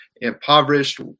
impoverished